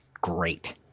great